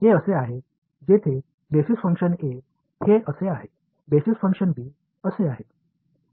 हे असे आहे जेथे बेसिस फंक्शन a हे असे आहे बेसिस फंक्शन b असे आहे